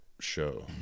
show